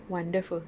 wonderful